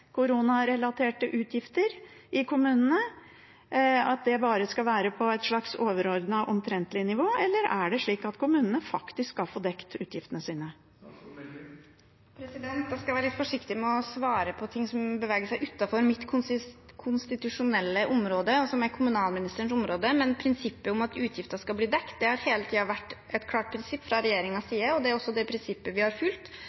koronarelaterte utgifter i kommunene, at det bare skal være på et slags overordnet, omtrentlig nivå, eller er det slik at kommunene faktisk skal få dekt utgiftene sine? Jeg skal være litt forsiktig med å svare på ting som beveger seg utenfor mitt konstitusjonelle område, og som er kommunalministerens område, men prinsippet om at utgifter skal bli dekt, har hele tiden vært et klart prinsipp fra regjeringens side. Det er også det prinsippet vi har fulgt